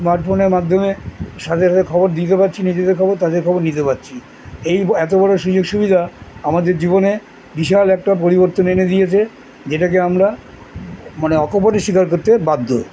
স্মার্টফোনের মাধ্যমে সাথে সাথে খবর দিতে পারছি নিজেদের খবর তাদের খবর নিতে পাচ্ছি এই এত বড়ো সুযোগ সুবিধা আমাদের জীবনে বিশাল একটা পরিবর্তন এনে দিয়েছে যেটাকে আমরা মানে অকপরের স্বীকার করতে বাধ্য